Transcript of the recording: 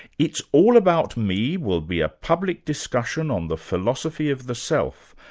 it's all about me will be a public discussion on the philosophy of the self,